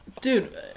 Dude